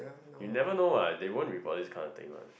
you never know what they won't report this kind of thing one